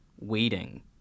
waiting